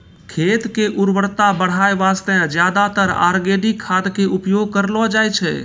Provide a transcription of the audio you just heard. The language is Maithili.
खेत के उर्वरता बढाय वास्तॅ ज्यादातर आर्गेनिक खाद के उपयोग करलो जाय छै